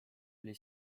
oli